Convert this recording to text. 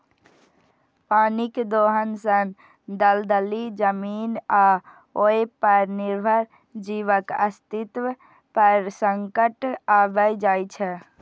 पानिक दोहन सं दलदली जमीन आ ओय पर निर्भर जीवक अस्तित्व पर संकट आबि जाइ छै